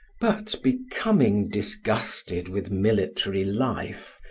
but becoming disgusted with military life,